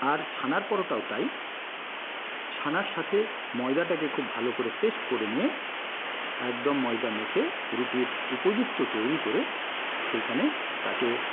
আর ছানার পরোটাও তাই ছানার সাথে ময়দাটাকে খুব ভালো করে পেস্ট করে নিয়ে একদম ময়দা মেখে রুটির উপযুক্ত তৈরি করে সেইখানে তাকে